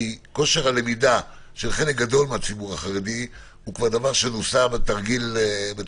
כי כושר הלמידה של חלק גדול מהציבור החרדי הוא דבר שנוסה בתרגילים